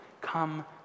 come